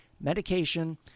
Medication